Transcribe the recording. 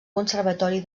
conservatori